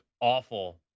awful